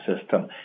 system